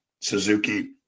Suzuki